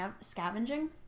scavenging